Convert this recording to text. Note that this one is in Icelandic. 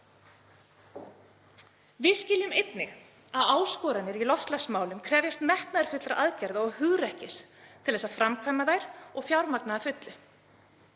Við skiljum einnig að áskoranir í loftslagsmálum krefjast metnaðarfullra aðgerða og hugrekkis til að framkvæma þær og fjármagna að fullu.